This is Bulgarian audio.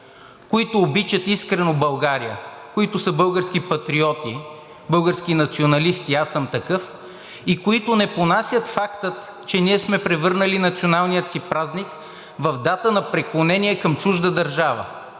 които обичат искрено България, които са български патриоти, български националисти – аз съм такъв, и които не понасят факта, че ние сме превърнали националния си празник в дата на преклонение към чужда държава;